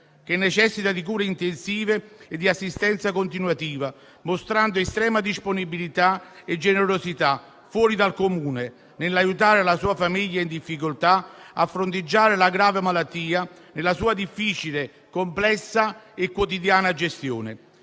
che necessita di cure intensive e di assistenza continuativa, mostrando estrema disponibilità e generosità fuori dal comune nell'aiutare la sua famiglia in difficoltà a fronteggiare la grave malattia e la sua difficile, complessa e quotidiana gestione,